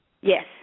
Yes